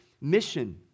mission